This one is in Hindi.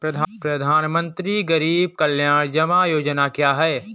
प्रधानमंत्री गरीब कल्याण जमा योजना क्या है?